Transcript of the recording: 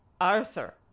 Arthur